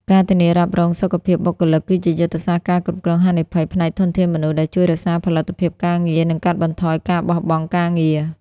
ការធានារ៉ាប់រងសុខភាពបុគ្គលិក គឺជាយុទ្ធសាស្ត្រការគ្រប់គ្រងហានិភ័យផ្នែកធនធានមនុស្ស ដែលជួយរក្សាផលិតភាពការងារ និងកាត់បន្ថយការបោះបង់ការងារ។